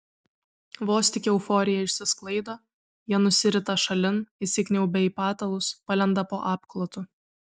vos tik euforija išsisklaido jie nusirita šalin įsikniaubia į patalus palenda po apklotu